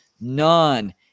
none